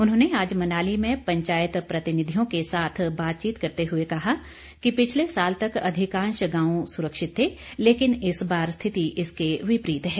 उन्होंने आज मनाली में पंचायत प्रतिनिधियों के साथ बातचीत करते हुए कहा कि पिछले साल तक अधिकांश गांव सुरक्षित थे लेकिन इस बार स्थिति इसके विपरीत है